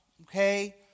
okay